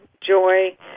joy